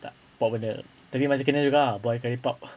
tak buat benda tapi masa secondary juga ah boy karipap